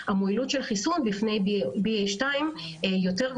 נכון לאתמול בבוקר אנחנו נמצאים על מספר של 5,945,000 אנשים שזכאים